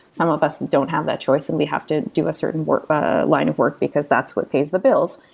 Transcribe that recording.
some of us don't have that choice and we have to do a certain work but line of work, because that's what pays the bills.